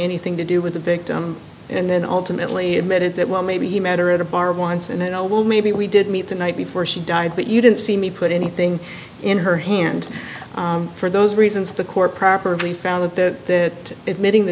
anything to do with the victim and then ultimately made it that well maybe he met her at a bar once and then oh well maybe we did meet the night before she died but you didn't see me put anything in her hand for those reasons the court properly found that that